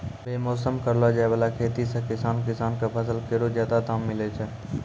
बेमौसम करलो जाय वाला खेती सें किसान किसान क फसल केरो जादा दाम मिलै छै